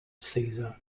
caesar